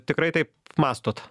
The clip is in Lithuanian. tikrai taip mąstot